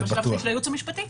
ובשלב השני מהייעוץ המשפטי.